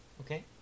Okay